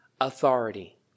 authority